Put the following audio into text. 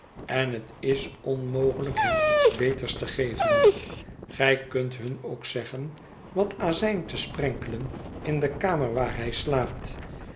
en het is onmogelijk hem iets beters te geven gij kunt hun ook zeggen wat azijn te sprenkelen in de kamer waar hij slaapt